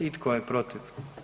I tko je protiv?